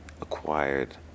acquired